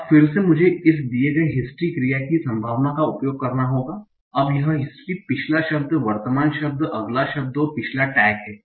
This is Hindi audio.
अब फिर से मुझे इस दिए गए हिस्ट्री क्रिया की संभावना का उपयोग करना होगा अब यह हिस्ट्री पिछला शब्द वर्तमान शब्द अगला शब्द और पिछला टैग है